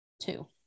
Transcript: Two